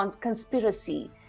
conspiracy